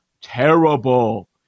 terrible